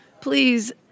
Please